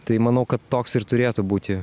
tai manau kad toks ir turėtų būti